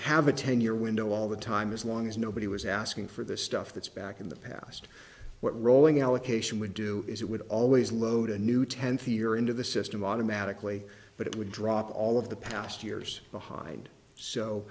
have a ten year window all the time as long as nobody was asking for the stuff that's back in the past what rolling allocation would do is it would always load a new tenth year into the system automatically but it would drop all of the past years behind so